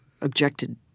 objected